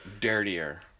dirtier